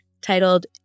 titled